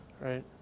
right